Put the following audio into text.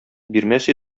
бирмәс